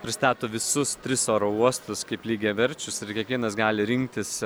pristato visus tris oro uostus kaip lygiaverčius ir kiekvienas gali rinktis